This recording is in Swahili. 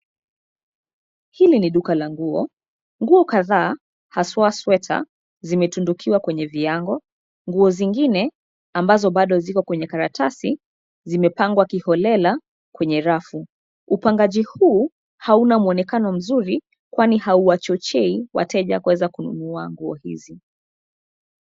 Hili ni duka la nguo. Nguo kadhaa, haswa sweta zimetundikiwa kwenye viango. Nguo zingine ambazo bado ziko kwenye karatasi, zimepangwa kiholela kwenye rafu. Upangaji huu hauna muonekano mzuri, kwani hauwachochei wateja kuweza kununua nguo hizi.